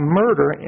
murder